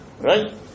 Right